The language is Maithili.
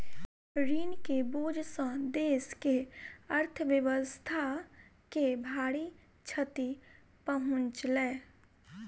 ऋण के बोझ सॅ देस के अर्थव्यवस्था के भारी क्षति पहुँचलै